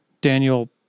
Daniel